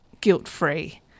guilt-free